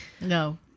No